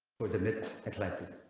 for the mid atlantic.